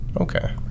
Okay